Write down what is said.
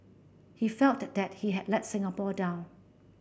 he felt that he had let Singapore down